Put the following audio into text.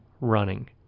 running